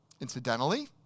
Incidentally